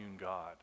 God